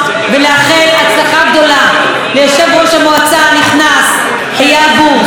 ולאחל הצלחה גדולה ליושב-ראש המועצה הנכנס אייל בורס.